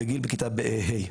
בגיל, בכיתה ה'.